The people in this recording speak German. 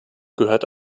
gehört